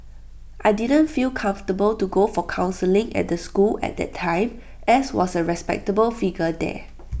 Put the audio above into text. I didn't feel comfortable to go for counselling at the school at that time as was A respectable figure there